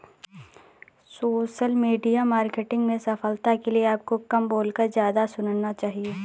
social media marketing में सफलता के लिए आपको कम बोलकर ज्यादा सुनना चाहिए